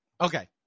okay